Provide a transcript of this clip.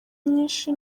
nyinshi